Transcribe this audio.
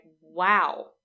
wow